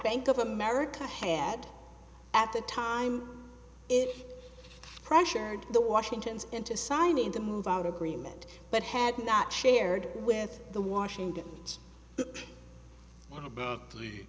bank of america had at the time it pressured the washington's into signing the move out agreement but had not shared with the washington's one about